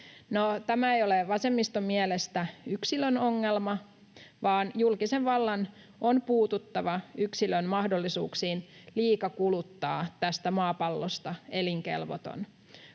Tämä ei ole vasemmiston mielestä yksilön ongelma, vaan julkisen vallan on puututtava yksilön mahdollisuuksiin liikakuluttaa tästä maapallosta elinkelvoton. Kukaan